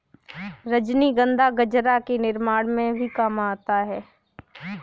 रजनीगंधा गजरा के निर्माण में भी काम आता है